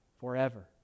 forever